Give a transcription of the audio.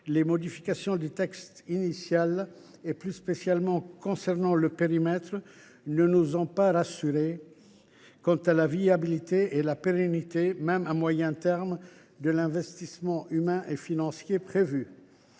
les modifications du texte initial, plus spécialement celles qui concernent le périmètre, ne nous ont guère rassurés quant à la viabilité et à la pérennité, même à moyen terme, de l’investissement humain et financier prévu.